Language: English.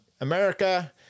America